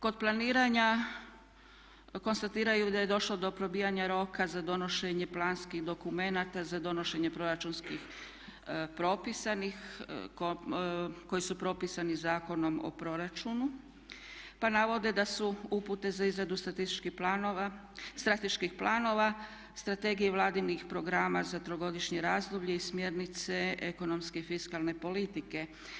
Kod planiranja konstatiraju da je došlo do probijanja roka za donošenje planskih dokumenata, za donošenje proračunskih propisanih, koji su propisani Zakonom o proračunu pa navode da su upute za izradu strateških planova strategije i Vladinih programa za trogodišnje razdoblje i smjernice ekonomske i fiskalne politike.